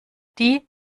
die